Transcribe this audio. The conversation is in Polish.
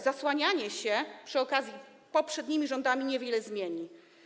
Zasłanianie się, przy okazji, poprzednimi rządami niewiele zmieni.